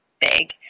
big